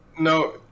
No